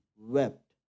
wept